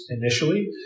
initially